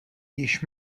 již